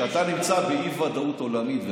שאתה נמצא באי-ודאות עולמית,